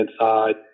inside